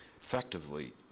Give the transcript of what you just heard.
effectively